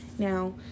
Now